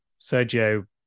Sergio